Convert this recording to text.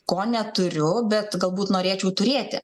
ko neturiu bet galbūt norėčiau turėti